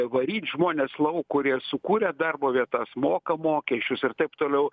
varyt žmonės lauk kurie sukūrė darbo vietas moka mokesčius ir taip toliau